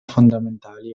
fondamentali